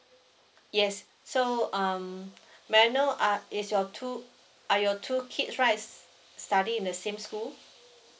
yes so um may I know uh is your two are your two kids right study in the same school